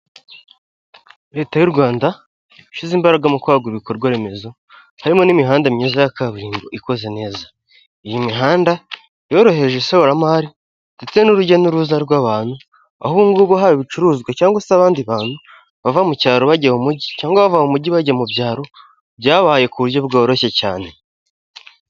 Leta y'u Rwanda yashyize imbaraga mu kwagura ibikorwaremezo, harimo n'imihanda myiza ya kaburimbo ikoze neza, iyi mihanda yoroheje ishoramari ndetse n'urujya n'uruza rw'abantu, aho ubu ngubu haba ibicuruzwa cyangwa se abandi bantu, bava mu cyaro bajya mu mujyi cyangwa bava mu mujyi bajya mu byaro, byabaye ku buryo bworoshye cyane.